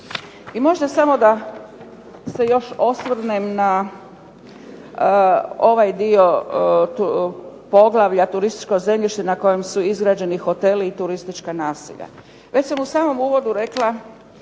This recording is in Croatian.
I možda samo da se još osvrnem na ovaj dio poglavlja turističko zemljište na kojem su izgrađeni hoteli i turistička naselja. Već sam u samom uvodu rekla